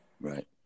Right